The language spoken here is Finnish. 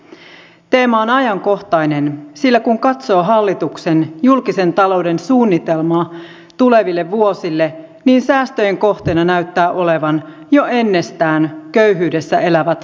teema on ajankohtainen sillä kun katsoo hallituksen julkisen talouden suunnitelmaa tuleville vuosille niin säästöjen kohteena näyttävät olevan jo ennestään köyhyydessä elävät lapsiperheet